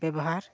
ᱵᱮᱵᱷᱟᱨ